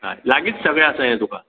हय लागीत सगळें आसा हें तुका